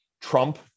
Trump